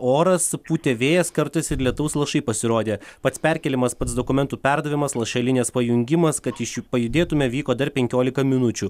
oras pūtė vėjas kartais ir lietaus lašai pasirodė pats perkėlimas pats dokumentų perdavimas lašelinės pajungimas kad iš jų pajudėtume vyko dar penkiolika minučių